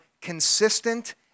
consistent